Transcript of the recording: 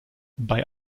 bei